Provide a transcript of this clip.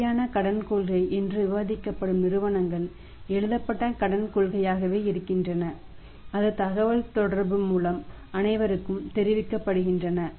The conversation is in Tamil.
நிலையான கடன் கொள்கை என்று விவாதிக்கப்படும் நிறுவனங்கள் எழுதப்பட்ட கடன் கொள்கையாகவே இருக்கின்றன அது தகவல்தொடர்பு அனைவருக்கும் தெரிவிக்கப்படுகின்றன